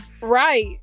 right